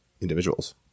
individuals